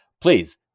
please